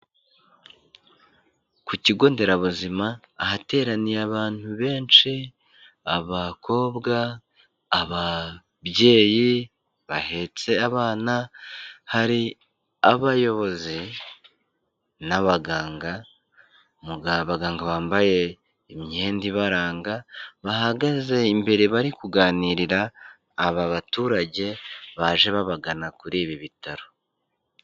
Ku kigo nderabuzima ahateraniye abantu benshi, abakobwa, ababyeyi bahetse abana, hari abayobozi n'abaganga, abaganga bambaye imyenda ibaranga, bahagaze imbere bari kuganirira aba baturage baje babagana kuri ibi bitaro.